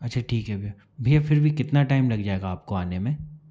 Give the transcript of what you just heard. अच्छा ठीक है भैया भैया फिर भी कितना टाइम लग जाएगा आपको आने में